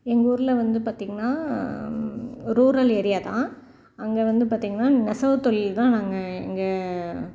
எங்கள் ஊரில் வந்து பார்த்திங்கன்னா ரூரல் ஏரியா தான் அங்கே வந்து பார்த்திங்கன்னா நெசவு தொழில் தான் நாங்கள் எங்கள்